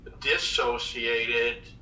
dissociated